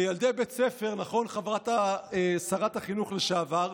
לילדי בית הספר, נכון, שרת החינוך לשעבר?